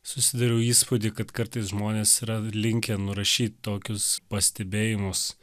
susidariau įspūdį kad kartais žmonės yra linkę nurašyt tokius pastebėjimus